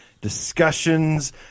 discussions